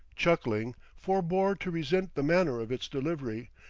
chuckling, forbore to resent the manner of its delivery,